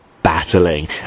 Battling